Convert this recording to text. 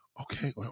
Okay